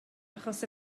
achos